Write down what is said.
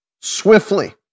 swiftly